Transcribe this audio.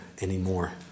anymore